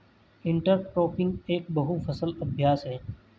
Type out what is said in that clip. intercropping एक बहु फसल अभ्यास है